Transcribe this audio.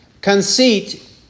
Conceit